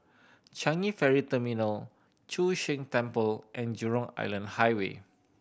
Changi Ferry Terminal Chu Sheng Temple and Jurong Island Highway